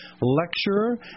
lecturer